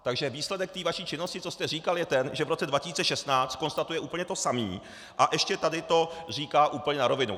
Takže výsledek té vaší činnosti, co jste říkal, je ten, že v roce 2016 konstatuje úplně to samé a ještě to tady říká úplně na rovinu.